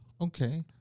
Okay